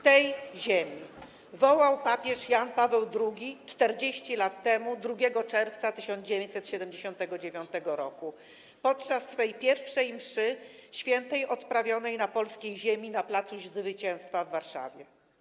Tej Ziemi!' - wołał papież Jan Paweł II 40 lat temu, 2 czerwca 1979 roku, podczas swej pierwszej mszy świętej odprawionej na polskiej ziemi, na pl. Zwycięstwa w Warszawie.